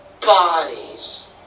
bodies